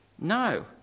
No